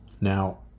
Now